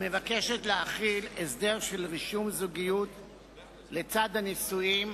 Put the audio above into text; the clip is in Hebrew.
מבקשת להחיל הסדר של רישום זוגיות לצד הנישואים